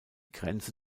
grenze